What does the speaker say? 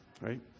right